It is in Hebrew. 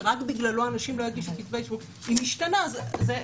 שרק בגללו אנשים לא יגישו כתבי אישום היא משתנה --- אבל